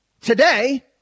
Today